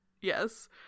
Yes